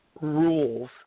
rules